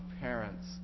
parents